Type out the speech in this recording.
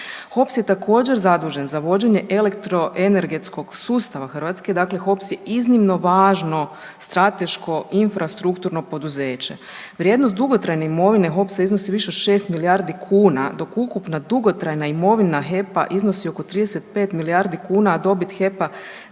HOPS je također zadužen za vođenje elektroenergetskog sustava Hrvatske dakle, HOPS je iznimno važno strateško i infrastrukturno poduzeće. Vrijednost dugotrajne imovine HOPS-a iznosi više od 6 milijardi kuna dok ukupna dugotrajna imovina HEP-a iznosi oko 35 milijardi kuna, a dobit HEP-a